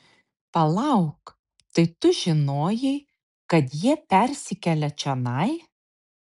palauk tai tu žinojai kad jie persikelia čionai